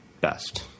best